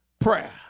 prayer